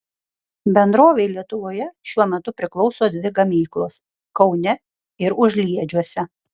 bendrovei lietuvoje šiuo metu priklauso dvi gamyklos kaune ir užliedžiuose